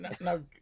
No